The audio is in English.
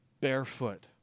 barefoot